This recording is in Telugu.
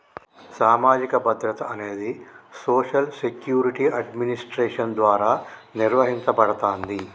సామాజిక భద్రత అనేది సోషల్ సెక్యూరిటీ అడ్మినిస్ట్రేషన్ ద్వారా నిర్వహించబడతాంది